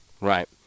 Right